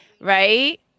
right